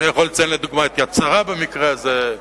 אני יכול לציין לדוגמה את "יד שרה" במקרה הזה.